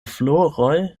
floroj